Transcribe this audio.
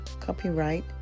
Copyright